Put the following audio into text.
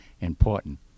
important